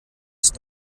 ist